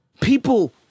People